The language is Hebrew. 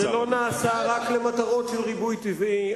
זה לא נעשה רק למטרות של ריבוי טבעי,